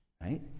Right